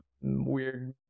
weird